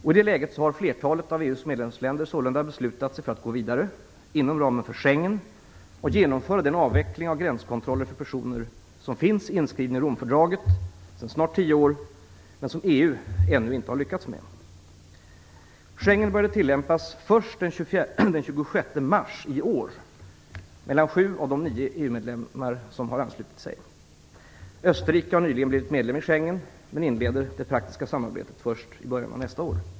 I det läget har flertalet av EU:s medlemsländer sålunda beslutat sig för att gå vidare inom ramen för Schengenavtalet och genomföra den avveckling av gränskontrollen för personer som finns inskriven i Rom-fördraget sedan snart tio år, men som EU ännu inte lyckats tillämpa. mars i år mellan sju av de nio medlemmar som har anslutit sig. Österrike har nyligen blivit medlem i Schengen, men inleder det praktiska samarbetet först i början av nästa år.